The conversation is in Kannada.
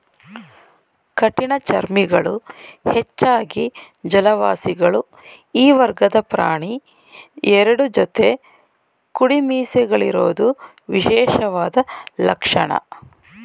ಕಠಿಣಚರ್ಮಿಗಳು ಹೆಚ್ಚಾಗಿ ಜಲವಾಸಿಗಳು ಈ ವರ್ಗದ ಪ್ರಾಣಿ ಎರಡು ಜೊತೆ ಕುಡಿಮೀಸೆಗಳಿರೋದು ವಿಶೇಷವಾದ ಲಕ್ಷಣ